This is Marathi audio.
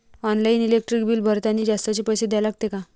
ऑनलाईन इलेक्ट्रिक बिल भरतानी जास्तचे पैसे द्या लागते का?